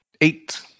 Eight